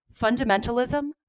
Fundamentalism